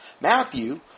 Matthew